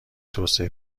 توسعه